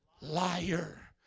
liar